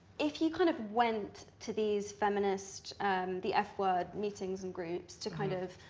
if you kind of went to these feminists the f-word meetings and groups to kind of